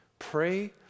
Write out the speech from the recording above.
Pray